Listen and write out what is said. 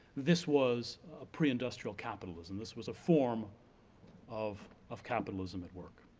this was ah preindustrial capitalism. this was a form of of capitalism at work.